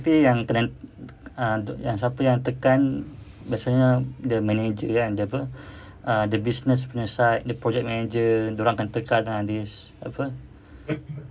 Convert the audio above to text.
yang tengah ah siapa yang tekan biasanya the manager kan the apa uh the business punya side the project manager dia orang akan tekan kan this apa